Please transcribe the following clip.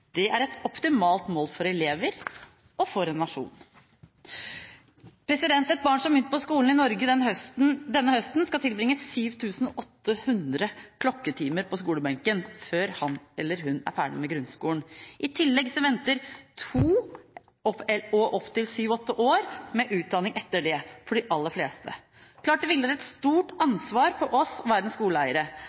selv er et optimalt mål for elever og for en nasjon. Et barn som begynte på skolen i Norge denne høsten, skal tilbringe 7 800 klokketimer på skolebenken før han eller hun er ferdig med grunnskolen. Etter det venter fra to og opp til sju–åtte år med utdanning for de aller fleste. Det er klart at det hviler et stort ansvar på oss og verdens skoleeiere